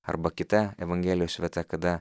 arba kita evangelijos vietą kada